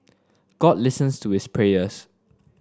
god listens to his prayers